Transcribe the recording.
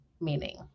meaning